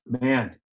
man